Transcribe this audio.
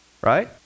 right